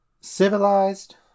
civilized